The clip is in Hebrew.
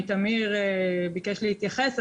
עמית עמיר ביקש להתייחס,